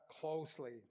closely